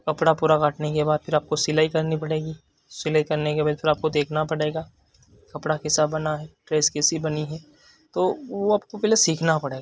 कपड़ा पूरा काटने के बाद फिर आपको सिलाई करनी पड़ेगी सिलाई करने के बाद फिर आपको देखना पड़ेगा कपड़ा कैसा बना है ड्रेस कैसी बनी है तो वो आपको पहले सीखना पड़ेगा